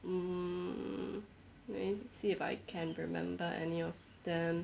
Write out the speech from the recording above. mm let me see if I can remember any of them